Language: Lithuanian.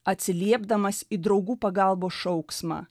atsiliepdamas į draugų pagalbos šauksmą